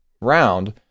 round